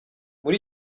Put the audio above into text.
muri